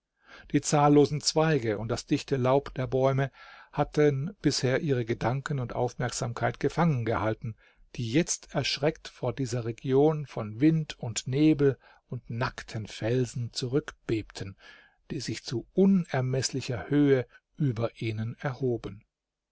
die zahllosen zweige und das dichte laub der bäume hatten bisher ihre gedanken und aufmerksamkeit gefangen gehalten die jetzt erschreckt vor dieser region von wind und nebel und nackten felsen zurückbebten die sich zu unermeßlicher höhe über ihnen erhoben